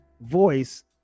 voice